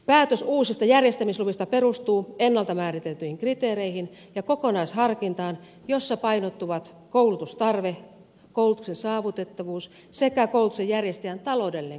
päätös uusista järjestämisluvista perustuu ennalta määriteltyihin kriteereihin ja kokonaisharkintaan jossa painottuvat koulutustarve koulutuksen saavutettavuus sekä koulutuksen järjestäjän taloudellinen kantokyky